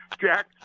Jack